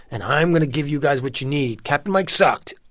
and i'm going to give you guys what you need. captain mike sucked.